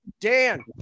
Dan